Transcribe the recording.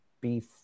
beef